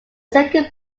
second